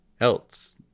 else